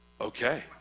Okay